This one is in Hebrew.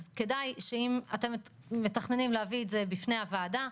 אז כדאי שאם אתם מתכננים להביא את זה בפני הוועדה,